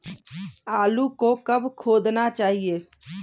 आलू को कब खोदना चाहिए?